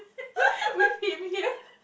with him here